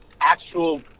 actual